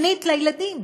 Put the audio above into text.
שנית, לילדים.